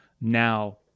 now